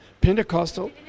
Pentecostal